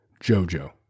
Jojo